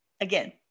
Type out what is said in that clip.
Again